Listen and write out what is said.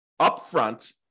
upfront